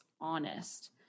honest